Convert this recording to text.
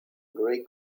gray